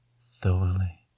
thoroughly